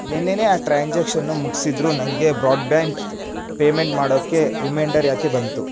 ನಿನ್ನೆನೇ ಆ ಟ್ರಾನ್ಸಾಕ್ಷನ್ ಮುಗಿಸಿದ್ರೂ ನನಗೆ ಬ್ರಾಡ್ಬ್ಯಾಂಡ್ ಪೇಮೆಂಟ್ ಮಾಡೋಕೆ ರಿಮೈಂಡರ್ ಯಾಕೆ ಬಂತು